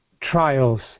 trials